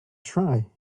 try